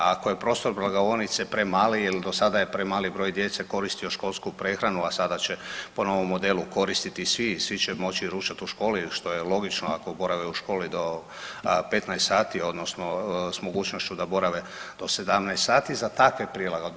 Ako je prostor blagovaonice premali ili dosada je premali broj djece koristio školsku prehranu, a sada će po novom modelu koristiti svi, svi će moći ručati u školi što je logično ako borave u školi do 15 sati odnosno s mogućnošću da borave do 17 sati, za takve prilagodbe.